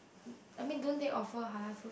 I mean doesn't they offer Halal food